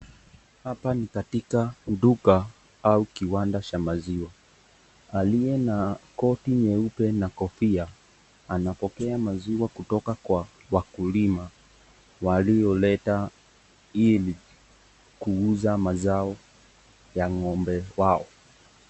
Hapa ni katika duka au kiwanda cha maziwa ,aliye na koti nyeupe na kofia anapokea maziwa kutoka kwa wakulima walioleta ili kuuza mazao ya ng'ombe wao.